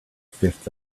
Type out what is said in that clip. fifth